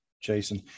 Jason